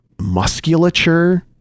musculature